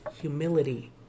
humility